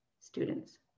students